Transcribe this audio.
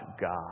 God